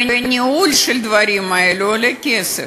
וניהול של הדברים האלו עולה כסף.